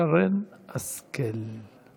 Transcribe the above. שרן השכל.